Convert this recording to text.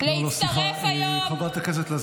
הציבור להצטרף היום, סליחה, חברת הכנסת לזימי.